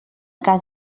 cas